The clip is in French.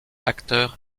acteur